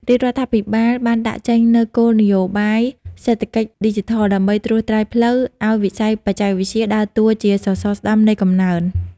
រាជរដ្ឋាភិបាលបានដាក់ចេញនូវគោលនយោបាយសេដ្ឋកិច្ចឌីជីថល ដើម្បីត្រួសត្រាយផ្លូវឱ្យវិស័យបច្ចេកវិទ្យាដើរតួជាសសរស្តម្ភនៃកំណើន។